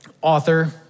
author